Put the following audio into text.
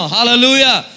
Hallelujah